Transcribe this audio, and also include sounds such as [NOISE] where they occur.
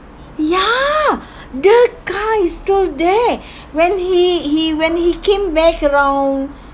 ya the car is still there [BREATH] when he he when he came back around